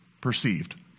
perceived